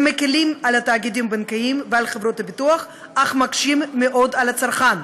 הם מקילים על התאגידים הבנקאיים אך מקשים מאוד על הצרכן,